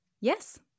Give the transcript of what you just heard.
yes